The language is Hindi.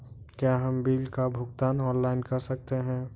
क्या हम बिल का भुगतान ऑनलाइन कर सकते हैं?